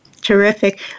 Terrific